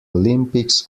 olympics